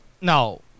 No